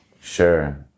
sure